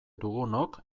dugunok